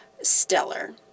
stellar